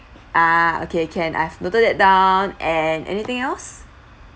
ah okay can I've noted that down and anything else